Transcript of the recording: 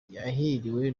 yahiriwe